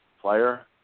player